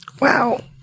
Wow